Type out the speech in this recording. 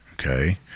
Okay